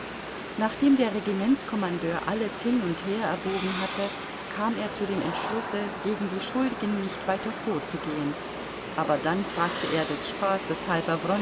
nachdem der regimentskommandeur alles hin und her erwogen hatte kam er zu dem entschlusse gegen die schuldigen nicht weiter vorzugehen aber dann fragte er des